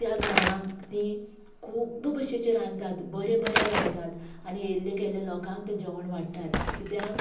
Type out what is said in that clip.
त्या घरांक तीं खूब्ब भशेचें रांदतात बरें बरें रांदतात आनी येल्ले गेल्ले लोकांक तें जेवण वाडटात किद्याक